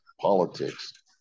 politics